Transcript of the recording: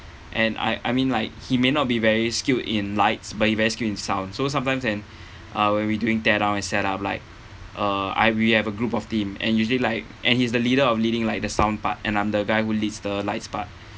and I I mean like he may not be very skilled in lights but he very skilled in sound so sometimes when uh when we're doing teardown and set up like uh I we have a group of team and usually like and he's the leader of leading like the sound part and I'm the guy who leads the lights part